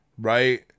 right